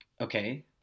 Okay